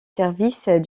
services